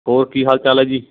ਹੋਰ ਕੀ ਹਾਲ ਚਾਲ ਹੈ ਜੀ